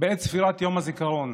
בעת צפירת יום הזיכרון,